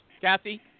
Kathy